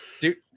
Dude